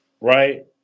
right